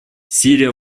сирия